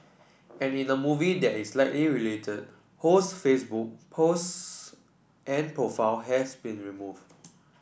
and in a movie that is likely related Ho's Facebook post and profile have been removed